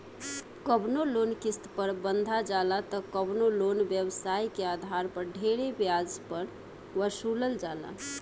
कवनो लोन किस्त पर बंधा जाला त कवनो लोन व्यवसाय के आधार पर ढेरे ब्याज पर वसूलल जाला